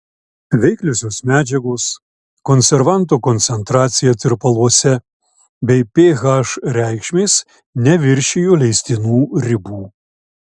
veikliosios medžiagos konservanto koncentracija tirpaluose bei ph reikšmės neviršijo leistinų ribų